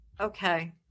Okay